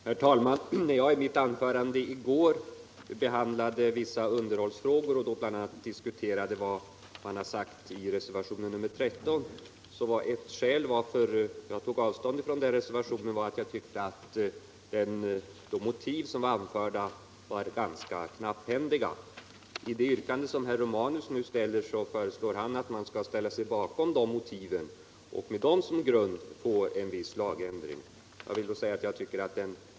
Herr talman! När jag i mitt anförande i går behandlade vissa underhållsfrågor och bl.a. diskuterade vad som sagts i reservationen 13, så framförde jag att ett skäl till att jag tog avstånd från reservationen var att jag tyckte att de motiv som anförts där var ganska knapphändiga. I det yrkande som herr Romanus nu framställt föreslår han att riksdagen skall ställa sig bakom ungefär samma motiv och med dem som grund få till stånd en viss lagändring.